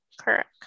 correct